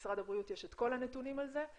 במשרד הבריאות יש את כל הנתונים על זה,